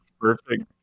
perfect